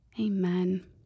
Amen